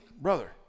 Brother